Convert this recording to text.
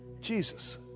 Jesus